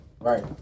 Right